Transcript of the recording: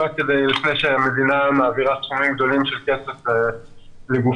לפני שהמדינה מעבירה סכומים גדולים של כסף לגופים.